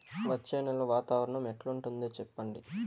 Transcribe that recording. వచ్చే నెల వాతావరణం ఎట్లుంటుంది చెప్పండి?